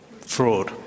Fraud